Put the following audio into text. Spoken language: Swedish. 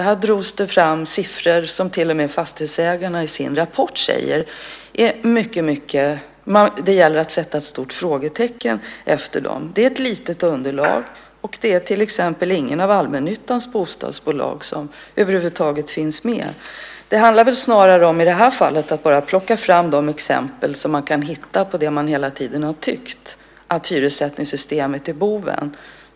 Här drogs det fram siffror som till och med Fastighetsägarna i sin rapport säger att det går att sätta ett stort frågetecken efter. Det är ett litet underlag, och det är till exempel inget av allmännyttans bostadsbolag som över huvud taget finns med. Det handlar i det här fallet snarare om att bara plocka fram de exempel som man kan hitta på det man hela tiden har tyckt, nämligen att hyressättningssystemet är boven.